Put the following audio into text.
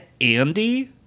Andy